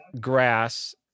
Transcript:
grass